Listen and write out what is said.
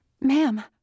Ma'am